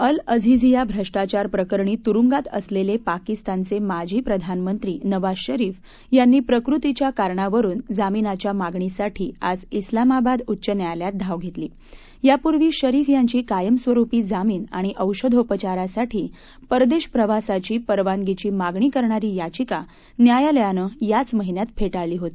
अल Azizia भ्रष्टाचारप्रकरणी तुरुंगात असलेले पाकिस्तानचे माजी प्रधानमंत्री नवाझ शरीफ यांनी प्रकृतीच्या कारणावरुन जामीनाच्या मागणीसाठी आज शरीफ यांची कायमस्वरुपी जामीन आणि औषधोपचारासाठी परदेश प्रवासाची परवानगीची मागणी करणारी याचिका न्यायालयानं याच महिन्यात फेटाळली होती